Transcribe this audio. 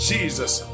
Jesus